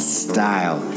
style